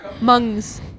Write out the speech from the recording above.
Mung's